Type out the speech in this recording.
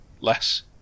less